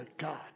God